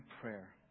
prayer